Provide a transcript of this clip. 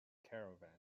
caravan